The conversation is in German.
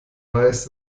weiß